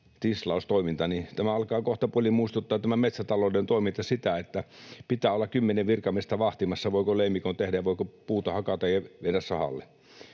toiminta alkaa kohtapuoliin muistuttaa sitä, että pitää olla kymmenen virkamiestä vahtimassa, voiko leimikon tehdä ja voiko puuta hakata ja viedä sahalle.